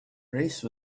race